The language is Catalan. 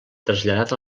traslladat